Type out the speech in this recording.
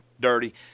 dirty